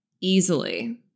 easily